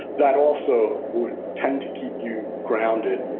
that also would tend to keep you grounded.